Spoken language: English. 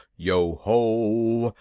yo ho!